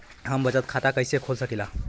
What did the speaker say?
हम बचत खाता कईसे खोल सकिला?